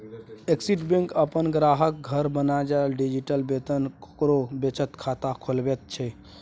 axis Bank अपन ग्राहकक घर जाकए डिजिटल वेतन आओर बचत खाता खोलैत छै